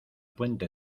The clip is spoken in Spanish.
puente